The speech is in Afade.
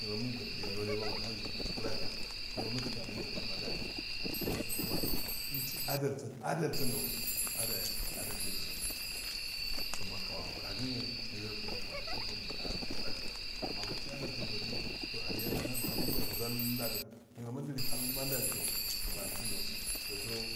Yiro mohaklona do no li ma mulhansi klafiya yiromu iski angudo pal ma nu aliso kuma musi adal- adal sindo adayi ad anyinyiro noge kma- kma madarahe yelero ko kman akigikon do mul hansi kafiya amma osi adalsin so di so ariyada ndake angolgwa tsalla do yero muldili balma da liso mansondo no yero